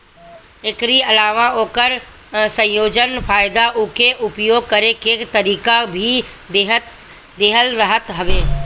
एकरी अलावा ओकर संयोजन, फायदा उके उपयोग करे के तरीका भी लिखल रहत हवे